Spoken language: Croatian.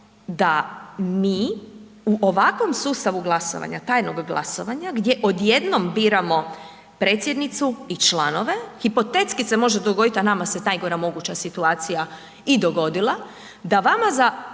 da mi u ovakvom sustavu glasovanja, tajnog glasovanja gdje odjednom birano predsjednicu i članove, hipotetski se može dogodit a nama se najgora moguća situacija i dogodila, da vama za